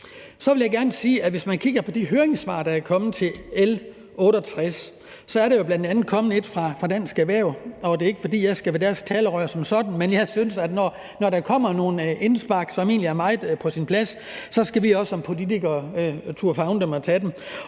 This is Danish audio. Så vil jeg gerne sige, at hvis man kigger på de høringssvar, der er kommet til L 68, så er der jo bl.a. kommet et fra Dansk Erhverv, og det er jo ikke, fordi jeg skal være deres talerør som sådan, men jeg synes, at når der kommer nogle indspark, og det egentlig er meget på sin plads, så skal vi som politikere også turde favne dem og tage dem.